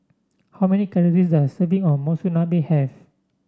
how many calories does a serving of Monsunabe have